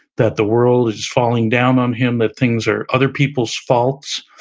that the world is falling down on him, that things are other people's faults.